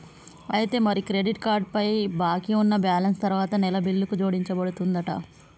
అయితే మరి credit card పై బాకీ ఉన్న బ్యాలెన్స్ తరువాత నెల బిల్లుకు జోడించబడుతుందంట